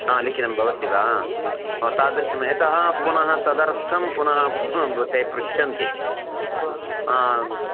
हा लिखितं भवति वा तादृशम् यतः पुनः तदर्थं पुनः ते पृच्छन्ति